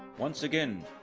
once again,